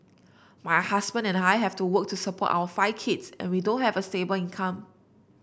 my husband and I have to work to support our five kids and we don't have a stable income